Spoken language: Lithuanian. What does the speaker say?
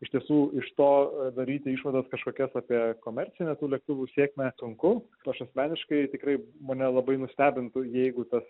iš tiesų iš to daryti išvadas kažkokias apie komercinę lėktuvų sėkmę sunku aš asmeniškai tikrai mane labai nustebintų jeigu tas